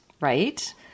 right